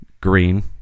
green